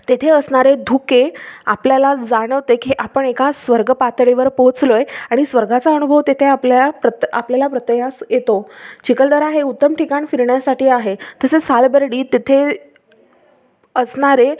तेथे असणारे धुके आपल्याला जाणवते की आपण एका स्वर्ग पातळीवर पोचलो आहे आणि स्वर्गाचा अनुभव तिथे आपल्या प्रत आपल्याला प्रत्ययास येतो चिखलदरा हे उत्तम ठिकाण फिरण्यासाठी आहे तसेच सालबर्डी तिथे असणारे